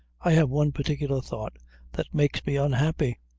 i have one particular thought that makes me unhappy.